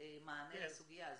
מענה לסוגיה הזו?